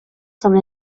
sobre